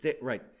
Right